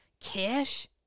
cash